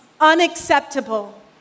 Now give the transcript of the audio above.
unacceptable